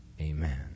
Amen